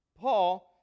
Paul